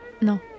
No